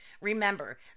Remember